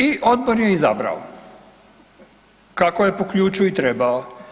I odbor je izabrao kako je po ključu i trebao.